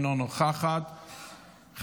אינה נוכחת,